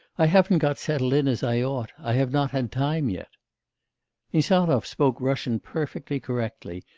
i haven't got settled in as i ought. i have not had time yet insarov spoke russian perfectly correctly,